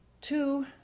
Two